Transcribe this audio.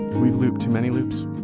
we've looped too many loops.